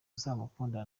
uzamukunda